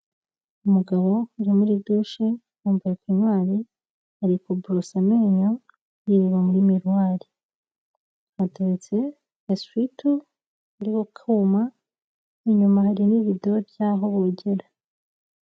Umugabo uri muri dushe yambaye penywari ari kuborosa amenyo yireba muri miruwari, hateretse esuwitu iri kukuma inyuna hari n'irido yaho bogera.